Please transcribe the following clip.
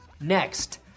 Next